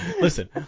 Listen